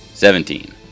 Seventeen